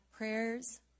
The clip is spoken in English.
prayers